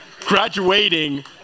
graduating